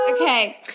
okay